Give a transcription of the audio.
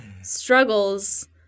struggles